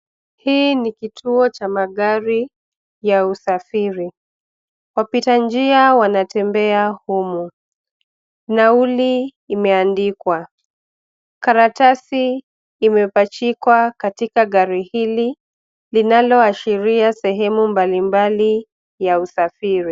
Hii ni kituo cha magari ya usafiri. Wapita njia wanatembea humo. Nauli imeandikwa. Karatasi imepachikwa katika gari hili linaloashiria sehemu mbali mbali ya usafiri.